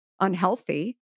unhealthy